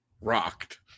rocked